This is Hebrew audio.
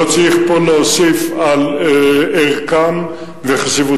לא צריך פה להוסיף על ערכם וחשיבותם